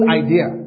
idea